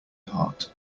heart